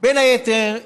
בין היתר,